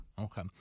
Okay